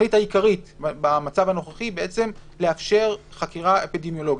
התכלית העיקרית במצב הנוכחי לאפשר חקירה אפידמיולוגית.